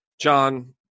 John